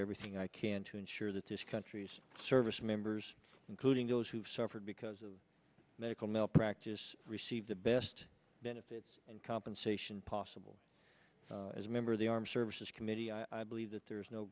everything i can to ensure that this country's service members including those who have suffered because of medical malpractise receive the best benefits and compensation possible as a member of the armed services committee i believe that there is no